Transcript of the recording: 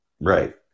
Right